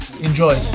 Enjoy